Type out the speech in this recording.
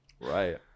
right